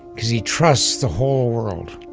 because he trusts the whole world